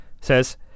Says